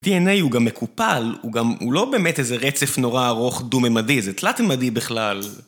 DNA הוא גם מקופל, הוא גם... הוא לא באמת איזה רצף נורא ארוך דו-ממדי, זה תלת-ממדי בכלל.